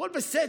הכול בסדר.